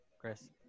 Chris